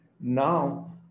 now